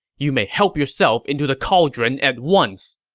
you may help yourself into the cauldron at once!